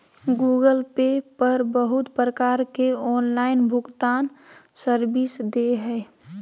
Google Pay पर बहुत प्रकार के ऑनलाइन भुगतान सर्विस दे हय